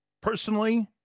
Personally